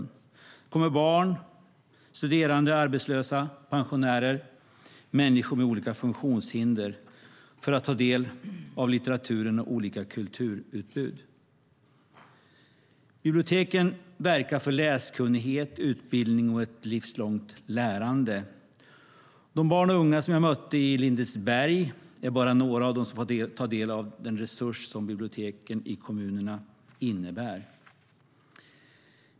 Det kommer barn, studerande, arbetslösa, pensionärer och människor med olika funktionshinder för att ta del av litteraturen och olika kulturutbud. Biblioteken verkar för läskunnighet, utbildning och ett livslångt lärande. De barn och unga jag mötte i Lindesberg är bara några av dem som får ta del av den resurs som biblioteken i kommunerna innebär.